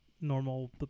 normal